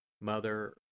Mother